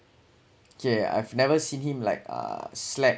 okay I've never seen him like uh slept